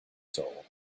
soul